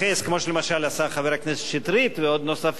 כמו שלמשל עשה חבר הכנסת שטרית ועוד נוספים,